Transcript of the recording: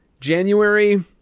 January